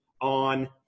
on